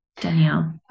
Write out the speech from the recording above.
danielle